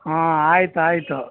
ಹಾಂ ಆಯ್ತು ಆಯಿತು